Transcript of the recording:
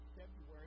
February